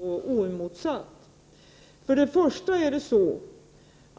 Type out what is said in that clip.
Fru talman! Elisabet Franzéns vilseledande inlägg får inte stå oemotsagt. Först